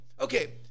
okay